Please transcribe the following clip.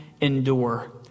endure